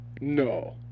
No